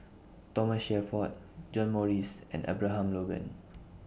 Thomas Shelford John Morrice and Abraham Logan